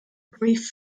brief